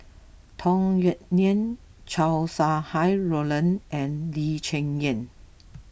Tung Yue Nang Chow Sau Hai Roland and Lee Cheng Yan